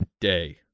day